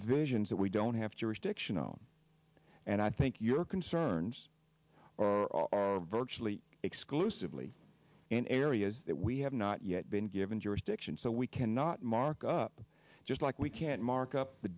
visions that we don't have jurisdiction on and i think your concerns virtually exclusively in areas that we have not yet been given jurisdiction so we cannot mark up just like we can markup the